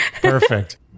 Perfect